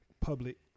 public